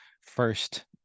first